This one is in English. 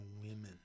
women